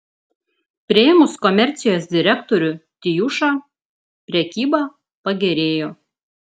priėmus komercijos direktorių tijušą prekyba pagerėjo